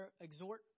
exhort